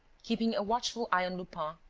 keeping a watchful eye on lupin,